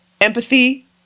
Empathy